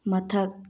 ꯃꯊꯛ